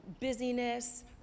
busyness